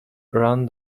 ran